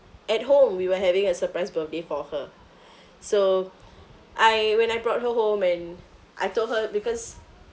at home we were having a surprise birthday for her so I when I brought her home and I told her because